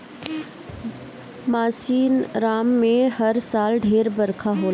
मासिनराम में हर साल ढेर बरखा होला